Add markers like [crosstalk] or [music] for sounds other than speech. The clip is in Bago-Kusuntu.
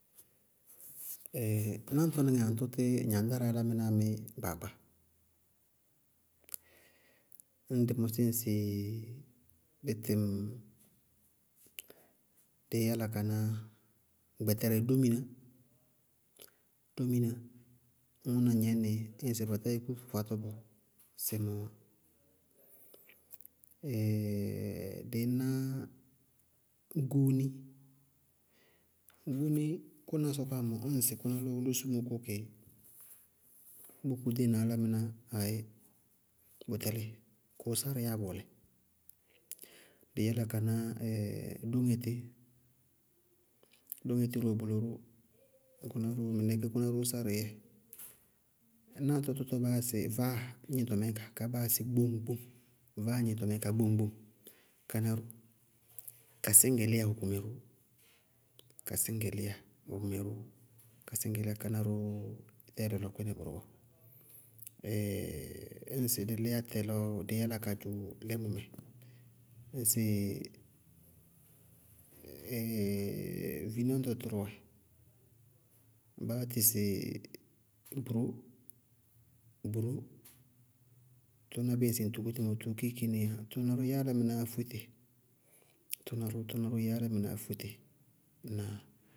[hesitation] náñtɔníŋɛ aŋtʋ tí gnaŋɖárɛ'ɛ álámɩnáá mí gbaagba? Ñŋ dɩ mɔsí sɩ dí tɩŋ, dɩí yála ka ná gbɛtɛrɛ dóminá, dóminá, ñŋ gnɛñ nɩ ñŋsɩ ba tá yúkú bʋ fátɔ bɔɔ, símɔɔwá. [hesitation] dɩíná ʋgúúni, ʋgúúni kʋnáá sɔkɔwá mɔɔ ñŋsɩ kʋná lɔ losumóó kʋkɩ, bíɩ kʋ ɖéŋna álámɩná, aayí bʋ tɛlíɩ, kʋʋ sárɩíyá bʋʋlɛ. Dɩí yála ka ná [hesitation] dóŋɛtí, dóŋɛtí wɛ bʋlɔró, ñ kʋ yúku ní mɩnɛ kéé kʋná róó sárɩídzɛ. Náŋtɔ tɔɔ baa yáa sɩ vaáa gníñtɔmɛ ñka gbóŋ-gbóŋ, vaáa gnɩñtɔmɛ ñka kaá gbóŋ-gbóŋ, káná ró, kasíñgɛlíya ró wɛ kʋmɛ ró. Kasíñgɛlíya wɛ bʋmɛ ró. Kasíñgɛlíya táyɛ lɔlɔ kpínɛ bʋrʋ bɔɔ. [hesitation] ñŋsɩ dɩ lí atɛ lɔ dɩí yála ka dzʋ límɔnɛ, ñŋsɩ [hesitation] vináñtɔ tʋrʋ wɛ, baá yatɩ sɩ óturó-óburó tʋná bíɩ ŋsɩ ŋ tukú tɩ mɔɔ tʋʋ kiiki nííyá, tʋná ró yɛ álámɩnáá fóé tɩ, tʋná ró, tʋná yɛ álámɩnáá fóé tɩ. Ŋnáa?